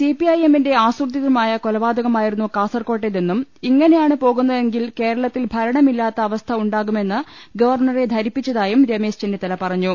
സിപിഐഎമ്മിന്റെ ആസൂത്രിതമായ കൊലപാതക മായിരുന്നു കാസർക്കോട്ടെതെന്നും ഇങ്ങനെയാണ് പോകുന്ന തെങ്കിൽ കേരളത്തിൽ ഭരണമില്ലാത്ത അവസ്ഥ ഉണ്ടാകുമെന്ന് ഗവർണറെ ധരിപ്പിച്ചതായും രമേശ് ചെന്നിത്തല പറഞ്ഞു